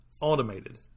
automated